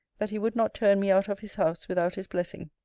that he would not turn me out of his house, without his blessing.